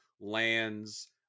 lands